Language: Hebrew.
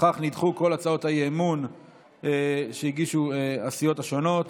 ובכך נדחו כל הצעות האי-אמון שהגישו הסיעות השונות.